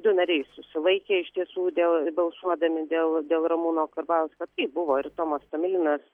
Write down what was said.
du nariai susilaikė iš tiesų dėl balsuodami dėl dėl ramūno karbauskio tai buvo ir tomas tomilinas